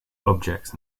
objects